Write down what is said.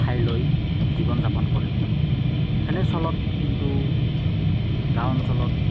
খাই লৈ জীৱন যাপন কৰে তেনেস্থলত কিন্তু গাওঁ অঞ্চলত